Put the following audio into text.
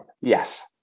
yes